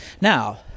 Now